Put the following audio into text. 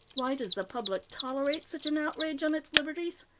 why does the public tolerate such an outrage on its liberties?